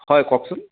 হয় কওকচোন